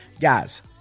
guys